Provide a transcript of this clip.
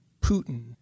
Putin